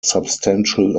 substantial